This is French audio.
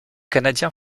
canadien